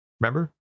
Remember